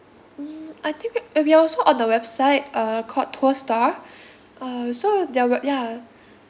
mm I think we we also on the website uh called tour star uh so there were ya